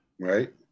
right